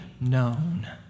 known